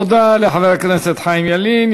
תודה לחבר הכנסת חיים ילין.